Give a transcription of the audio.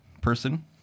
person